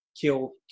kill